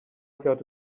got